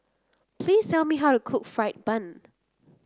please tell me how to cook fried bun